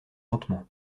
lentement